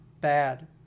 bad